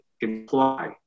imply